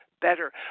better